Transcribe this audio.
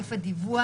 סעיף הדיווח.